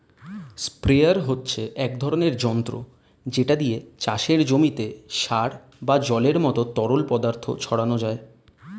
sprayer হচ্ছে এক ধরনের যন্ত্র যেটা দিয়ে চাষের জমিতে সার বা জলের মতো তরল পদার্থ ছড়ানো যায়